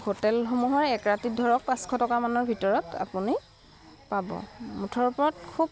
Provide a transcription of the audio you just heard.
হোটেলসমূহৰ এক ৰাতিত ধৰক পাঁচশ টকামানৰ ভিতৰত আপুনি পাব মুঠৰ ওপৰত খুব